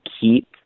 keep